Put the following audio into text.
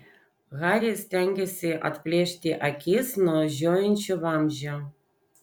haris stengėsi atplėšti akis nuo žiojinčio vamzdžio